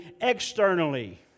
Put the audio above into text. externally